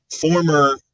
former